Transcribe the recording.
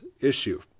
issue